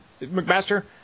McMaster